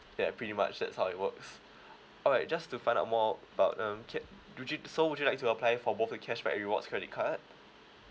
ya pretty much that's how it works alright just to find out more about um can would you so would you like to apply for both the cashback and rewards credit card